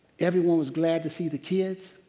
everyone was glad to see the kids,